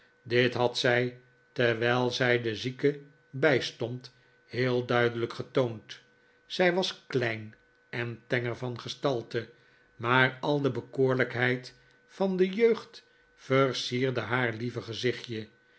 dit had zij terwijl zij den zieke bijstond heel duidelijk getoond zij was klein en tenger van gestalte maar al de bekoorlijkheid van de jeugd versierde haar lieve gezichtje